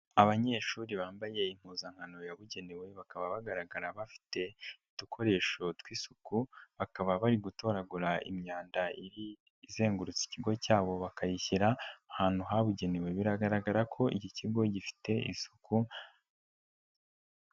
Abanyeshuri bambaye impuzankano yabugenewe bakaba bagaragara bafite udukoresho tw'isuku, bakaba bari gutoragura imyanda izengurutse ikigo cyabo, bakayishyira ahantu habugenewe, biragaragara ko iki kigo gifite isuku.